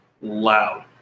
loud